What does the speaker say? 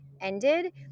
ended